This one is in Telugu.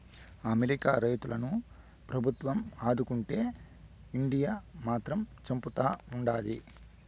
అమెరికా రైతులను ప్రభుత్వం ఆదుకుంటే ఇండియా మాత్రం చంపుతా ఉండాది